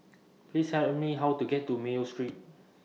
Please Tell Me How to get to Mayo Street